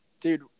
Dude